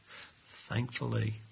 thankfully